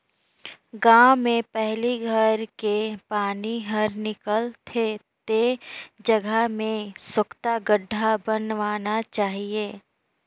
गांव में पहली घर के पानी हर निकल थे ते जगह में सोख्ता गड्ढ़ा बनवाना चाहिए